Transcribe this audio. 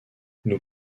nous